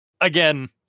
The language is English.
Again